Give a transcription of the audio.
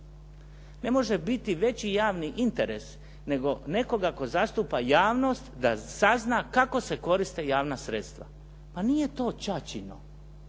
Ne može biti veći javni interes nego nekoga tko zastupa javnost da sazna kako se koriste javna sredstva. Pa nije to čačino